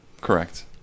Correct